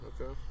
okay